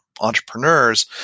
entrepreneurs